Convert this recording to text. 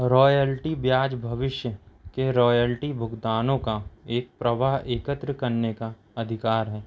royalty ब्याज भविष्य के रॉयल्टी भुगतानों का एक प्रवाह एकत्र करने का अधिकार है